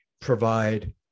provide